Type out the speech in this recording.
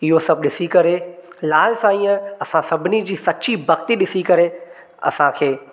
इहो सभु ॾिसी करे लाल साईं असां सभिनी जी भक्ति ॾिसी करे असांखे